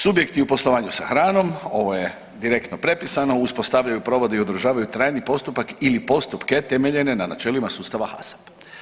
Subjekti u poslovanju sa hranom ovo je direktno prepisano, uspostavljaju, provode i održavaju tajni postupak ili postupke temeljene na načelima sustava HACCP.